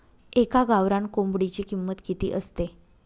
एका गावरान कोंबडीची किंमत किती असते?